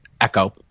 echo